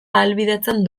ahalbidetzen